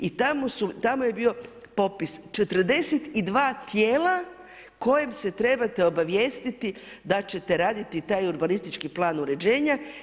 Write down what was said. I tamo je bio popis 42 tijela kojem se trebate obavijestiti da ćete raditi taj urbanistički plan uređenja.